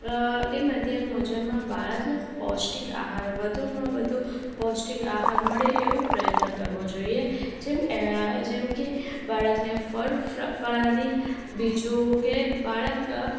એ મધ્યાહન ભોજનમાં બાળકને પૌષ્ટિક આહાર વધુમાં વધુ પૌષ્ટિક આહાર મળે એવો પ્રયત્ન કરવો જોઈએ જેમ જેમ કે બાળકને ફળ ફળાદી બીજું કે બાળક